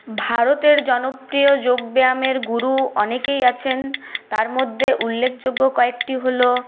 ভারতের জনপ্রিয় যোগব্যায়ামের গুরু অনেকেই আছেন তার মধ্যে উল্লেখযোগ্য কয়েকটি হল